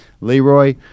Leroy